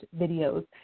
videos